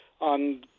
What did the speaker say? on